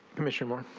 permission mark.